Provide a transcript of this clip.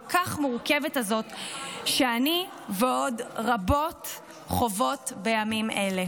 כך מורכבת הזאת שאני ועוד רבות חוות בימים אלה".